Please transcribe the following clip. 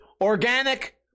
organic